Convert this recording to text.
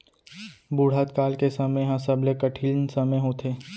बुढ़त काल के समे ह सबले कठिन समे होथे